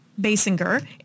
Basinger